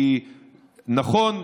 כי נכון,